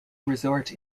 resort